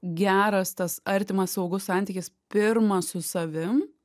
geras tas artimas saugus santykis pirma su savim